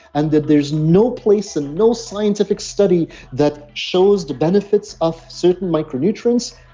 and that there's no place and no scientific study that shows the benefits of certain micronutrients.